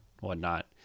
whatnot